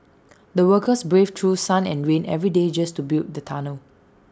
the workers braved through sun and rain every day just to build the tunnel